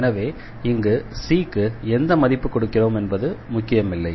எனவே இங்கு C க்கு எந்த மதிப்பு கொடுக்கிறோம் என்பது முக்கியமில்லை